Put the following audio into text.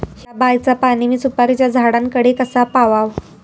हया बायचा पाणी मी सुपारीच्या झाडान कडे कसा पावाव?